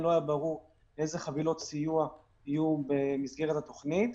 לא היה ברור איזה חבילות סיוע יהיו במסגרת התוכנית.